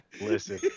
Listen